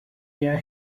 year